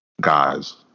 guys